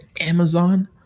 Amazon